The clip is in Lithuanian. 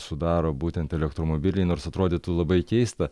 sudaro būtent elektromobiliai nors atrodytų labai keista